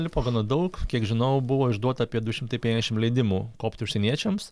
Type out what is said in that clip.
lipo gana daug kiek žinau buvo išduota apie du šimtai penkiadešim leidimų kopti užsieniečiams